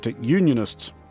Unionists